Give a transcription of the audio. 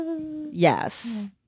Yes